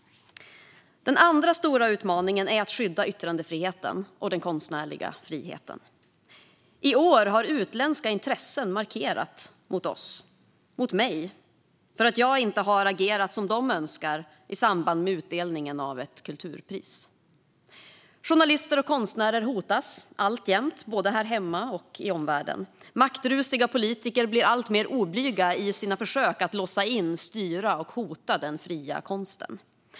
Den andra stora utmaningen är att skydda yttrandefriheten och den konstnärliga friheten. I år har utländska intressen markerat mot Sverige och mot mig för att jag inte har agerat som de önskar i samband med utdelningen av ett kulturpris. Journalister och konstnärer hotas alltjämt både här hemma och i omvärlden. Maktrusiga politiker blir alltmer oblyga i sina försök att låsa in, styra och hota den fria konsten.